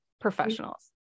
professionals